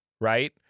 right